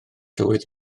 tywydd